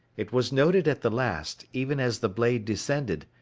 it was noted at the last, even as the blade descended,